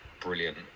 brilliant